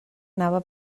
anava